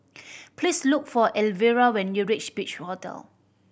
please look for Elvera when you reach Beach Hotel